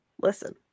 listen